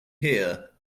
hear